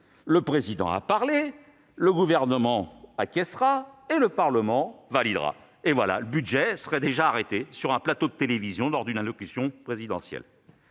République a parlé, le Gouvernement acquiescera et le Parlement validera. Et voilà ! Le budget serait déjà arrêté sur un plateau de télévision lors d'une allocution présidentielle.